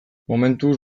momentuz